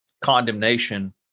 condemnation